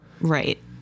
Right